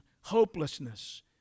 hopelessness